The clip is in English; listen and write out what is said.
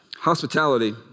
hospitality